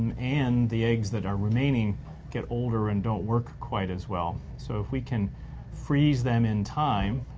and and the eggs that are remaining get older and don't work quite as well. so if we can freeze them in time,